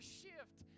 shift